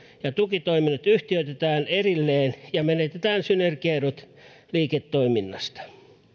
ja tukitoiminnot yhtiöitetään erilleen ja menetetään synergiaedut liiketoiminnasta